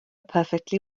perfectly